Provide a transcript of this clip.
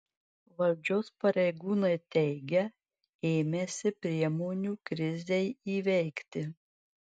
valdžios pareigūnai teigia ėmęsi priemonių krizei įveikti